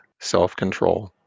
self-control